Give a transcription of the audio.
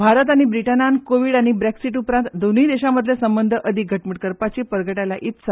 भारत आनी ब्रिटनान कोवीड आनी बोक्सीट उपरांत दोनूय देशां मदले संबंद अदीक घटमूट करपाची परगाटायल्या इत्सा